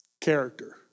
character